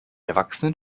erwachsenen